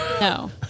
No